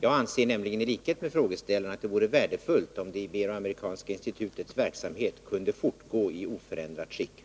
Jag anser nämligen i likhet med frågeställaren att det vore värdefullt om Ibero-amerikanska institutets verksamhet att motverka våld mot polismän